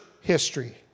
history